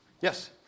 Yes